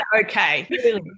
okay